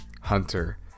Hunter